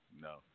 no